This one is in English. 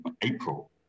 april